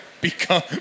Become